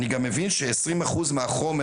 אני גם מבין ש-20% מהחומר,